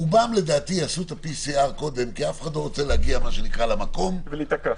רובם יעשו את ה-PCR קודם כי אף אחד לא רוצה להגיע למקום ולהיתקע.